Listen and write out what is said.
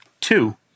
Two